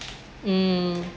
um